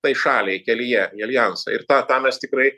tai šaliai kelyje į aljansą ir tą tą mes tikrai